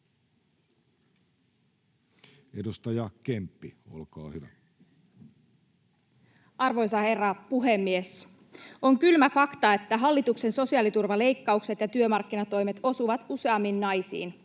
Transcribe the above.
Edustaja Kemppi, olkaa hyvä. Arvoisa herra puhemies! On kylmä fakta, että hallituksen sosiaaliturvaleikkaukset ja työmarkkinatoimet osuvat useammin naisiin